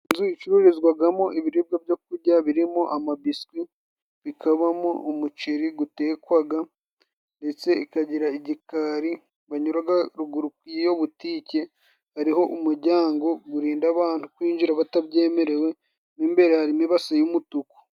Inzu icururizwagamo ibiribwa byo kurya, birimo amabiswi, bikabamo umuceri gutekwaga, ndetse ikagira igikari, banyuraga ruguru. Ku iyo butike, hariho umuryango, gurinda abantu kwinjira batabyemerewe. Muri imbere, harimo ibase y'umutuku.